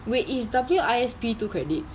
wait is W_I_S_P two credits